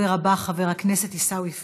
הדובר הבא, חבר הכנסת עיסאווי פריג',